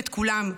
את כולם,